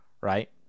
Right